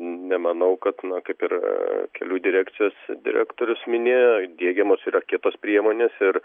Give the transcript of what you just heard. nemanau kad na kaip ir kelių direkcijos direktorius minėjo diegiamos yra kitos priemonės ir